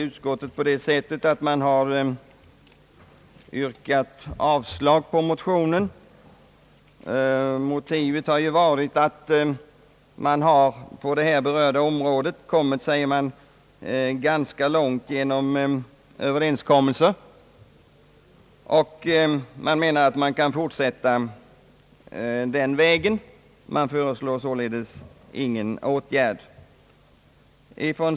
Utskottet har yrkat avslag på motionerna med motiveringen att man på det berörda området har kommit ganska långt genom överenskommelser. Utskottet anser att man bör fortsätta på den vägen och föreslår således ingen åtgärd.